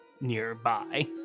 nearby